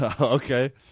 Okay